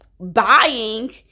buying